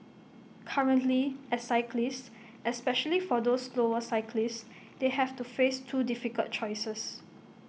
currently as cyclists especially for those slower cyclists they have to face two difficult choices